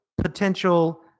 potential